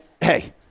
hey